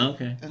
Okay